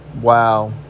Wow